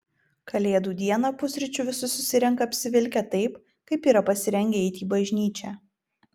kalėdų dieną pusryčių visi susirenka apsivilkę taip kaip yra pasirengę eiti į bažnyčią